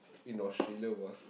in Australia was